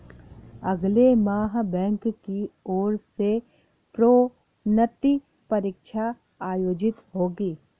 अगले माह बैंक की ओर से प्रोन्नति परीक्षा आयोजित होगी